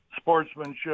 sportsmanship